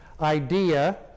idea